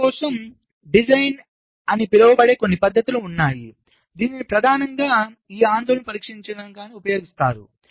పరీక్ష కోసం డిజైన్ అని పిలువబడే కొన్ని పద్ధతులు ఉన్నాయి దీనిని ప్రధానంగా ఈ ఆందోళనను పరిష్కరించడానికి ఉపయోగిస్తారు